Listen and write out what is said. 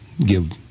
give